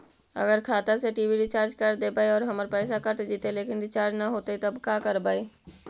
अगर खाता से टी.वी रिचार्ज कर देबै और हमर पैसा कट जितै लेकिन रिचार्ज न होतै तब का करबइ?